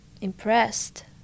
impressed